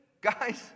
Guys